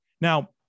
Now